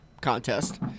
contest